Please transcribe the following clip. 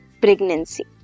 pregnancy